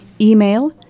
email